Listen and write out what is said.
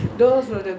mmhmm